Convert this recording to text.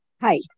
Hi